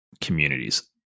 communities